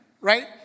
right